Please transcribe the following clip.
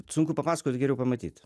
sunku papasakot geriau pamatyt